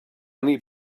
need